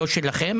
לא שלכם.